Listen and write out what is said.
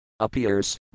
appears